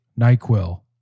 NyQuil